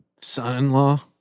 Son-in-law